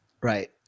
right